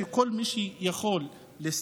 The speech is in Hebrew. כך שכל מי שיכול להצטרף,